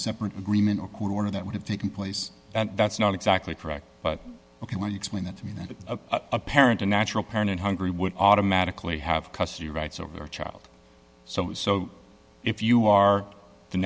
separate agreement or court order that would have taken place that that's not exactly correct but ok when you explain that to me that a parent a natural parent in hungary would automatically have custody rights over a child so so if you are the